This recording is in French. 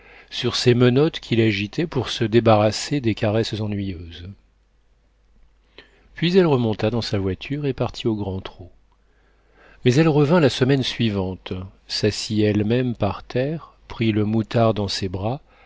sur ses menottes qu'il agitait pour se débarrasser des caresses ennuyeuses puis elle remonta dans sa voiture et partit au grand trot mais elle revint la semaine suivante s'assit elle-même par terre prit le moutard dans ses bras